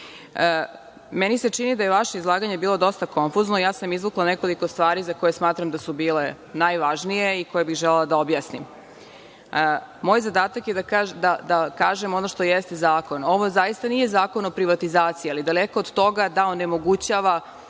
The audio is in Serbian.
stav. Meni se čini da je vaše izlaganje bilo dosta konfuzno. Ja sam izvukla nekoliko stvari za koje smatram da su bile najvažnije i koje bih želela da objasnim. Moj zadatak je da kažem ono što jeste zakon. Ovo zaista nije zakon o privatizaciji, ali daleko od toga da onemogućava